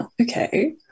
okay